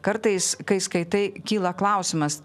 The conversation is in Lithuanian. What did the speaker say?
kartais kai skaitai kyla klausimas